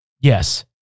Yes